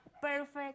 perfect